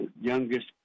youngest